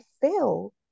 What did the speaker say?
fail